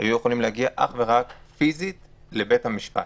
היו יכולים להגיע אך ורק פיזית לבית המשפט.